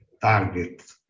target